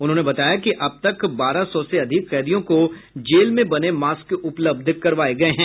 उन्होंने बताया कि अब तक बारह सौ से अधिक कैदियों को जेल में बने मास्क उपलब्ध करवाये गये हैं